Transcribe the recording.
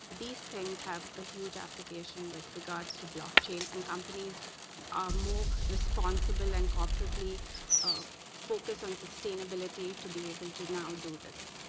these things have a huge application with regards to blockchain and companies are more responsible and corporately um focused on sustainability to be able to now do this.